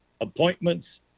Appointments